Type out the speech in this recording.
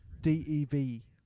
D-E-V